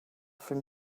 from